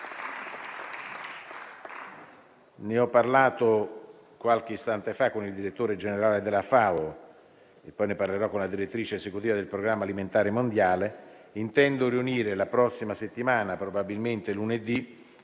Ne ho parlato qualche istante fa con il direttore generale della FAO e poi ne parlerò con la direttrice esecutiva del Programma alimentare mondiale. Intendo riunire la prossima settimana, probabilmente lunedì,